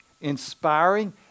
inspiring